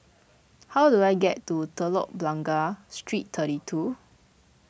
how do I get to Telok Blangah Street thirty two